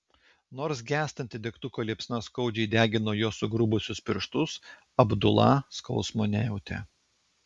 nors gęstanti degtuko liepsna skaudžiai degino jo sugrubusius pirštus abdula skausmo nejautė